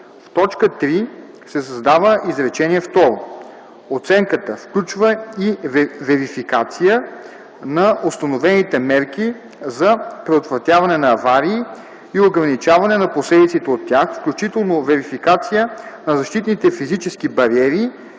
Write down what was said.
В т. 3 се създава изречение второ: „Оценката включва и верификация на установените мерки за предотвратяване на аварии и ограничаване на последиците от тях, включително верификация на защитните физически бариери